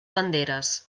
banderes